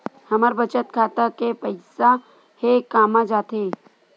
हमर बचत खाता के पईसा हे कामा जाथे?